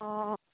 অঁ